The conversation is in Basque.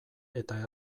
eta